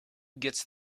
gets